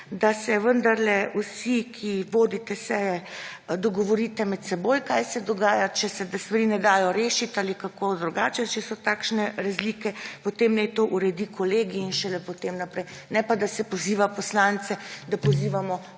da se vendarle vsi, ki vodite seje, dogovorite med seboj, kaj se dogaja. Če se stvari ne dajo rešiti ali je kako drugače, če so takšne razlike, potem naj to uredi Kolegij in šele potem naprej. Ne pa da se poziva poslance, da pozivamo